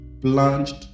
plunged